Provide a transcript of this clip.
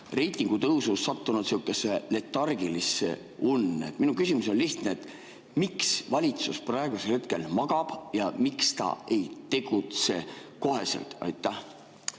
reitingutõusus sattunud sihukesse letargilisse unne? Minu küsimus on lihtne: miks valitsus praegusel hetkel magab ja miks ta ei tegutse kohe? Tänan,